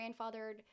grandfathered